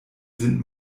sind